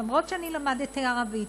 למרות שאני למדתי ערבית.